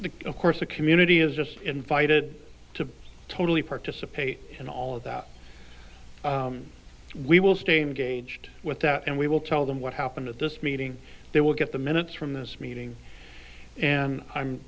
the of course the community is just invited to totally participate in all of that we will stay engaged with that and we will tell them what happened at this meeting they will get the minutes from this meeting and i'm